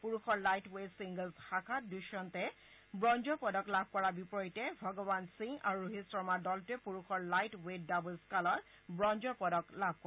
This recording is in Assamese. পুৰুষৰ লাইট ৰেট চিংগল্ছ শাখাত দুষ্যন্তে ব্ৰঞ্জৰ পদক লাভ কৰাৰ বিপৰীতে ভগৱান সিং আৰু ৰোহিত শৰ্মাৰ দলটোৱে পুৰুষৰ লাইট ৱেট ডাব্ল স্কালত ৱঞ্জৰ পদক লাভ কৰে